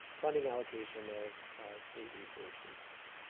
funding allocation of state resources.